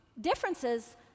Differences